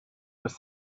was